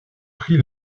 pris